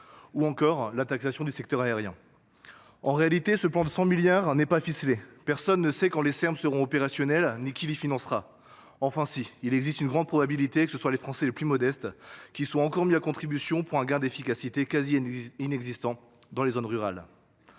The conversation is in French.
ou encore la taxation du secteur arien. En réalité ce plan de 100 milliards n'est pas ficelé Personne ne sait quand les Serbes seront opérationnels ni qui les financera. Enfin, si il existe une grande probabilité que ce soit les Français les pluss modestes, qui sont encore mis à contribution pour un gain d'efficacité quasi inexistant dans les zones rurales.